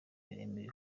miremire